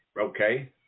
okay